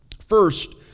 First